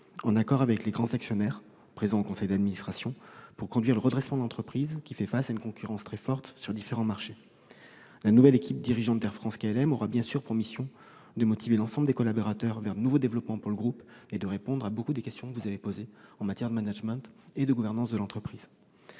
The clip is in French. en accord avec les grands actionnaires présents au conseil d'administration, pour conduire le redressement de l'entreprise, qui fait face à une concurrence très forte sur différents marchés. La nouvelle équipe dirigeante d'Air France-KLM aura bien sûr pour mission de motiver l'ensemble des collaborateurs autour de nouveaux axes de développement pour le groupe, ce qui répondra à la plupart de vos interrogations relatives au management et à la gouvernance de l'entreprise.